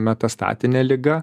metastatine liga